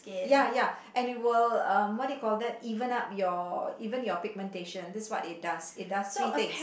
ya ya and it will uh what you call that even up your even your pigmentation that's what they does it does three things